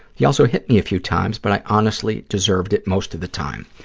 he also hit me a few times, but i honestly deserved it most of the time.